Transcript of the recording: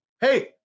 Hey